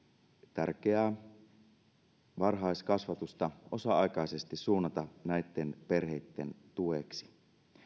tärkeää varhaiskasvatusta osa aikaisesti suunnata näitten perheitten tueksi